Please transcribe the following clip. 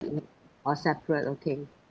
oh separate okay